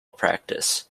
practice